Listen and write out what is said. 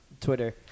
Twitter